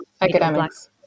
academics